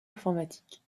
informatiques